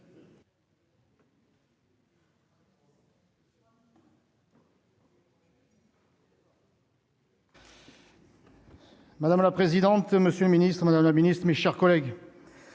Madame la présidente, monsieur le Ministre, Madame la Ministre, mes chers collègues.